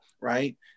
right